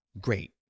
great